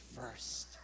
first